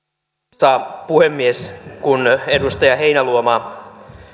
arvoisa puhemies kun edustaja heinäluoma